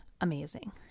amazing